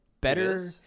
better